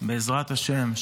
בעזרת השם,